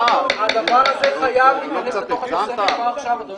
הדבר חייב להיכנס לתוספת כבר עכשיו, אדוני.